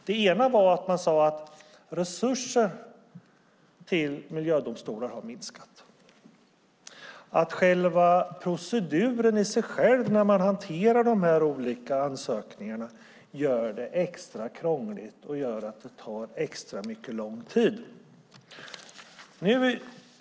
Dels har resurserna till miljödomstolarna minskat, dels gör proceduren i sig när man hanterar dessa ansökningar att det blir extra krångligt och tar extra lång tid.